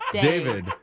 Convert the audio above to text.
David